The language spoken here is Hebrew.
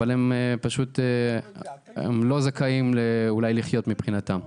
אבל אולי הם לא זכאים לחיות, מבחינתם.